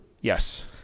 Yes